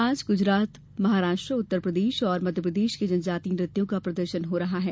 आज गुजरात महाराष्ट्र उत्तरप्रदेश और मध्यप्रदेश के जनजातीय नृत्यों का प्रदर्शन हो रहा है